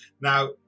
Now